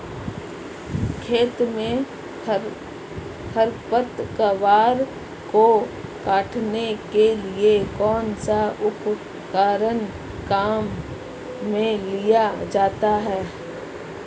खेत में खरपतवार को काटने के लिए कौनसा उपकरण काम में लिया जाता है?